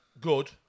Good